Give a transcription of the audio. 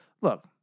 look